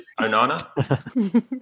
Onana